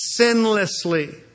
sinlessly